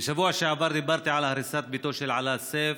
בשבוע שעבר דיברתי על הריסת ביתו של עלאא סיף,